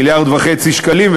מיליארד וחצי שקלים,